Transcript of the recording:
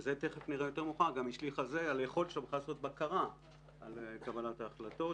וזה השליך גם על היכולת שלו לעשות בקרה על קבלת ההחלטות,